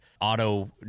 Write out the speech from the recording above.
auto